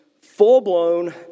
full-blown